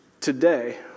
today